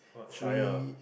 Acharya